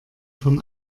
vom